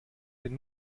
den